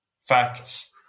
facts